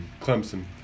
Clemson